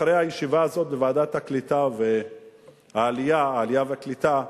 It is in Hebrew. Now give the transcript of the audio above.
אחרי הישיבה הזאת בוועדת העלייה והקליטה,